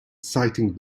citing